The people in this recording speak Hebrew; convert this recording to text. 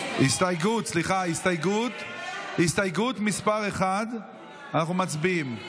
הסתייגות, סליחה, הסתייגות מס' 1. אנחנו מצביעים.